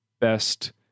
best